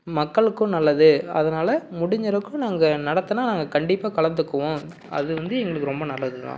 மக்களுக்கும் நல்லது அதனால் முடிஞ்சளவுக்கு நாங்கள் நடத்தினா நாங்கள் கண்டிப்பாக கலந்துக்குவோம் அது வந்து எங்களுக்கு ரொம்ப நல்லதுதான்